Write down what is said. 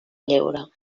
lleure